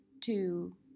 two